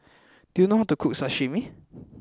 do you know how to cook Sashimi